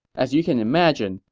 as you can imagine,